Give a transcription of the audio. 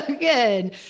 good